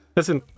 Listen